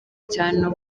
cya